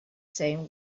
same